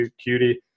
Cutie